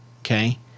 Okay